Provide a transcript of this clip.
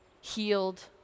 healed